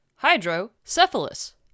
Hydrocephalus